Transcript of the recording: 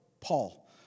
Paul